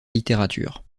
littérature